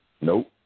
Nope